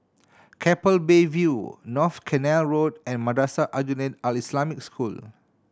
Keppel Bay View North Canal Road and Madrasah Aljunied Al Islamic School